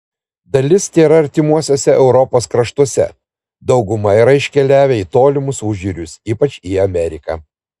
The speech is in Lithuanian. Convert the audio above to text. dalis tėra artimuose europos kraštuose dauguma yra iškeliavę į tolimus užjūrius ypač į ameriką